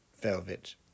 velvet